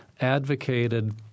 advocated